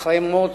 אחרי מות,